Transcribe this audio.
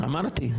אמרתי.